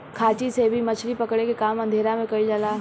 खांची से भी मछली पकड़े के काम अंधेरा में कईल जाला